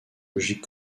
logique